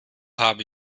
habe